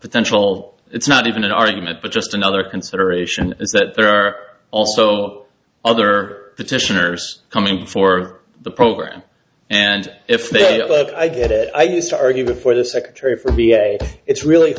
potential it's not even an argument but just another consideration is that there are also other petitioners coming for the program and if they are but i get it i used to argue before the secretary for v a it's really